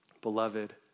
beloved